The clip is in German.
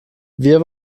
wir